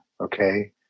okay